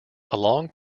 along